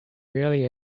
really